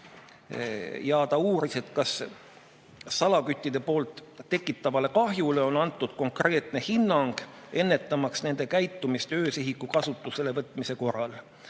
Ta uuris, kas salaküttide poolt tekitatavale kahjule on antud konkreetne hinnang, ennetamaks nende käitumist öösihiku kasutusele võtmise korral.